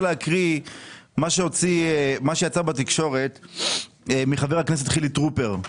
להקריא מה שיצא בתקשורת מחבר הכנסת חילי טרופר,